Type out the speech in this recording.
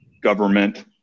government